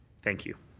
thank you.